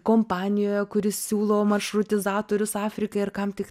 kompanijoje kuri siūlo maršrutizatorius afrikai ar kam tik